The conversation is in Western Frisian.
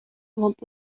want